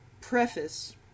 preface